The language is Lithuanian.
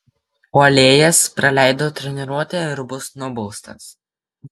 puolėjas praleido treniruotę ir bus nubaustas